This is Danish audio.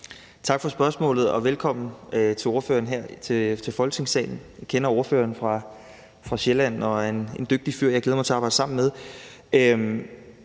Tak for spørgsmålet, og velkommen til ordføreren her til Folketingssalen. Jeg kender ordføreren fra Sjælland. Han er en dygtig fyr, som jeg glæder mig til at arbejde sammen med.